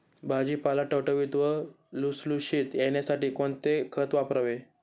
भाजीपाला टवटवीत व लुसलुशीत येण्यासाठी कोणते खत वापरावे?